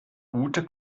ute